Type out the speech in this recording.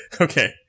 Okay